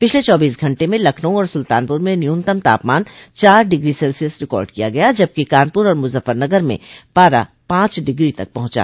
पिछले चौबीस घंटे में लखनऊ और सुल्तानपुर में न्यूनतम तापमान चार डिग्री सैल्सियस रिकार्ड किया गया जबकि कानपुर और मुजफ्फरनगर में पारा पांच डिग्री तक पहुंचा